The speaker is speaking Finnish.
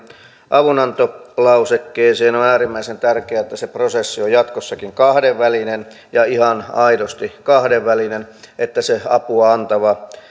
avunantolausekkeeseen on äärimmäisen tärkeää että se prosessi on jatkossakin kahdenvälinen ja ihan aidosti kahdenvälinen että se apua antava